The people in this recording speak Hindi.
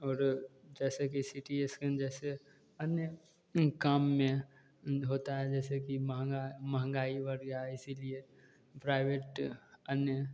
और जैसे कि सी टी स्कैन जैसे अन्य काम में होता है जैसे कि महँगा महँगाई बढ़ गई इसी लिए प्राइवेट अन्य